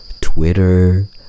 Twitter